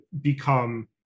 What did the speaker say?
become